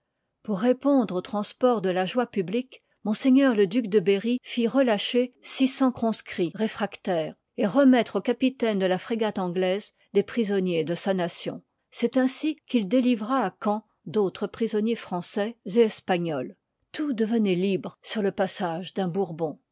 pout répondre aux transports de la joie publique m le duc de berry fit relâcher six cents conscrits réfractaires et remettre au capitaine de la frégate anglaise des prisonniers de sa nation c'est ainsi qu'il délivra à caen d'autres prisonniers français et espagnols tout devenoit libre sur le passage liy i d'un bourbon